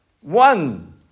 One